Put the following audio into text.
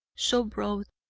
so broad,